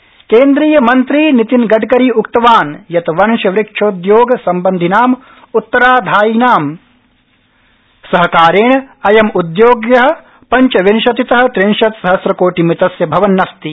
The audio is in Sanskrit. गडकरी केन्द्रियमंत्री नितिनगडकरी उक्तवान् यत् वंशवृक्षोद्योगसम्बन्धिनाम् उत्तराधायीनां सहकारेण अयम् उद्योग पंचविंशतित त्रिंशत् सहस्रकोटिमितस्य भवन्नस्ति